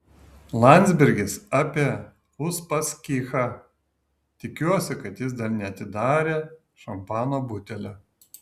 landsbergis apie uspaskichą tikiuosi kad jis dar neatidarė šampano butelio